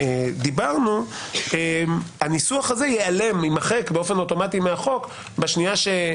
היתרון המרכזי שעלה גם בספרות וכנראה הוביל גם בתזכירים שראינו,